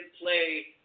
play